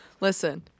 Listen